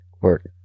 work